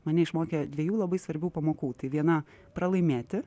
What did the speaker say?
mane išmokė dviejų labai svarbių pamokų tai viena pralaimėti